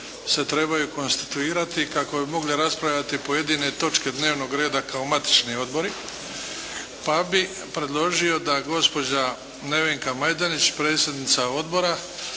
se trebaju konstituirati kako bi mogli raspravljati pojedine točke dnevnog reda kao matični odbori pa bi predložio da gospođa Nevenka Majdenić, predsjednica Odbora,